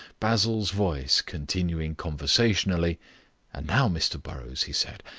basil's voice continuing conversationally and now, mr burrows, he said,